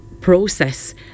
process